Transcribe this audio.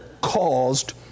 caused